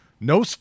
no